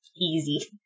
easy